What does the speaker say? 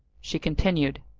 she continued,